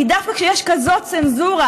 כי דווקא כשיש כזאת צנזורה,